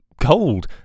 cold